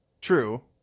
True